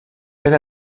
elle